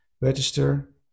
register